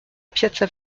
piazza